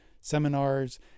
seminars